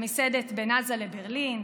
במסעדת בין עזה לברלין,